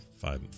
five